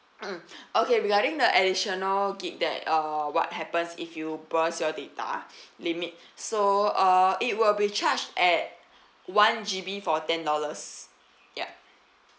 mm okay regarding the additional gig that uh what happens if you burst you data limit so uh it will be charged at one G_B for ten dollars ya